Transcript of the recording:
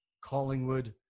Collingwood